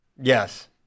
Yes